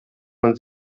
man